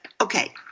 Okay